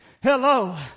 Hello